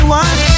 one